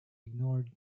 ignored